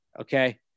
Okay